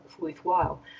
worthwhile